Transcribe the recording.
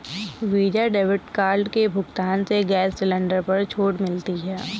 visa debit card के भुगतान से गैस सिलेंडर पर छूट मिलती है